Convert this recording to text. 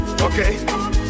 Okay